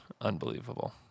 unbelievable